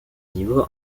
niveau